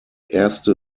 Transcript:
erste